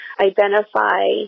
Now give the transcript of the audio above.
identify